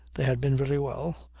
they had been very well.